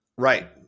Right